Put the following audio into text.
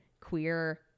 queer